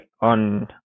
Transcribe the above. on